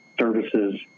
services